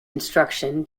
instruction